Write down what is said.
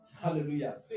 Hallelujah